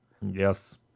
Yes